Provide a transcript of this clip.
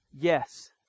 yes